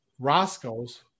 roscoe's